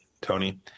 Tony